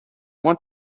want